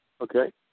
okay